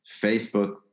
Facebook